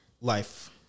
life